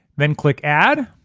then click add.